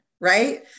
right